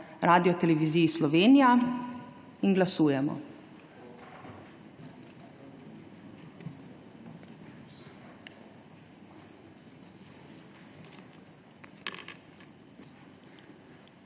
Radioteleviziji Slovenija. Glasujemo.